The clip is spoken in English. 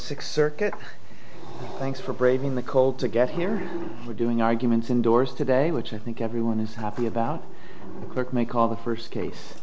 six circuit thanks for braving the cold to get here we're doing arguments indoors today which i think everyone is happy about cook may call the first case